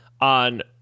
on